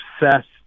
obsessed